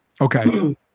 okay